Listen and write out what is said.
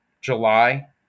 July